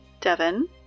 Devon